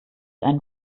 einem